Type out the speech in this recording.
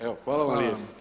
Evo hvala vam lijepo.